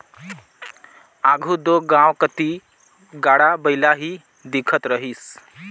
आघु दो गाँव कती गाड़ा बइला ही दिखत रहिस